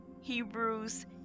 hebrews